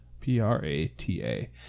P-R-A-T-A